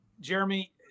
Jeremy